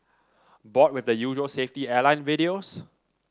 bored with the usual safety airline videos